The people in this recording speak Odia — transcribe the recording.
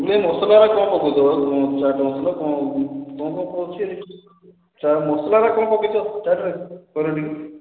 ଯେ ମସଲାରେ କ'ଣ ପକେଇଛ ଚାଟ୍ ମସଲା କ'ଣ କ'ଣ ପଡ଼ୁଛି ଚାଟ୍ ମସଲାରେ କ'ଣ ପକେଇଛ ଚାଟ୍ରେ କହିଲ ଟିକେ